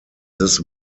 this